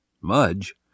Mudge